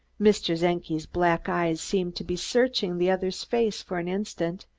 mr. czenki's black eyes seemed to be searching the other's face for an instant,